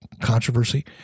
controversy